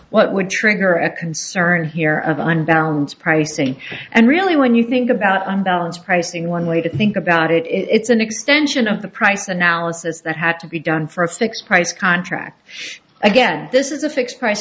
what would trigger a concern here of unbalance pricing and really when you think about unbalanced pricing one way to think about it is it's an extension of the price analysis that had to be done for a fixed price contract again this is a fixed price